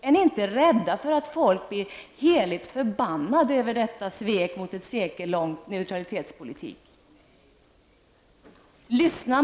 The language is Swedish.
Är ni inte rädda för att folk blir heligt förbannade över detta svek mot en sekellång neutralitetspolitik?